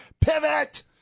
Pivot